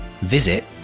visit